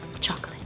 chocolate